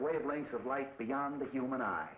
wavelength of life beyond the human